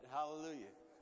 Hallelujah